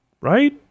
right